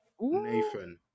Nathan